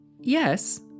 Yes